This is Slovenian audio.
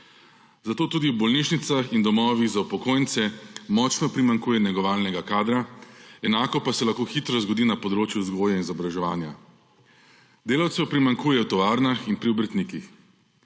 Zato tudi v bolnišnicah in domovih za upokojence močno primanjkuje negovalnega kadra, enako pa se lahko hitro zgodi na področju vzgoje in izobraževanja. Delavcev primanjkuje v tovarnah in pri obrtnikih.